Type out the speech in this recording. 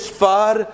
far